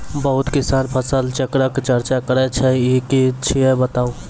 बहुत किसान फसल चक्रक चर्चा करै छै ई की छियै बताऊ?